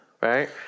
right